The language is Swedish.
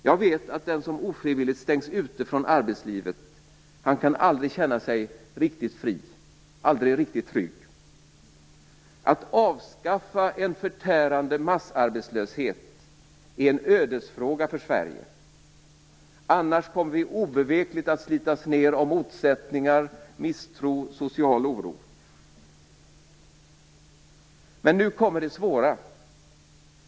Jag vet att den som ofrivilligt stängs ute från arbetslivet aldrig kan känna sig riktigt fri och trygg. Att avskaffa en förtärande massarbetslöshet är en ödesfråga för Sverige. Om vi inte lyckas med det kommer vi obevekligt att slitas ned av motsättningar, misstro och social oro. Nu kommer det svåra.